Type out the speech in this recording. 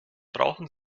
brauchen